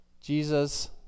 Jesus